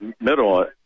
middle